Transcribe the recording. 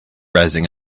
rising